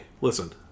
listen